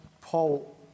Paul